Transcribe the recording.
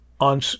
on